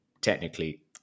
technically